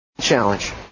Challenge